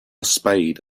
spade